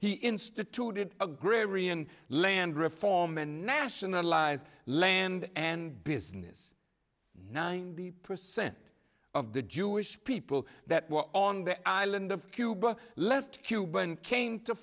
he instituted agrarian land reform and nationalize land and business ninety percent of the jewish people that were on the island of cuba left cuba and came to